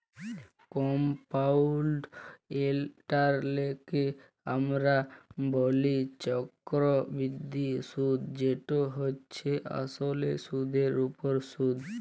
compound ইলটারেস্টকে আমরা ব্যলি চক্করবৃদ্ধি সুদ যেট হছে আসলে সুদের উপর সুদ